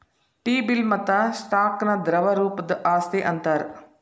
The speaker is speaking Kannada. ಟಿ ಬಿಲ್ ಮತ್ತ ಸ್ಟಾಕ್ ನ ದ್ರವ ರೂಪದ್ ಆಸ್ತಿ ಅಂತಾರ್